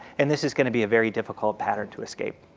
and this is going to be a very difficult pattern to escape.